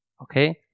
Okay